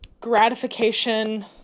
gratification